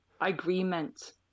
agreement